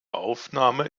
aufnahme